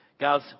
Guys